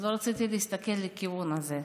אז לא רציתי להסתכל לכיוון הזה.